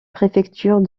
préfecture